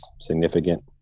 significant